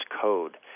code